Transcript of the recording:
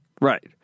Right